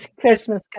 christmas